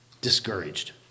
discouraged